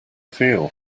feel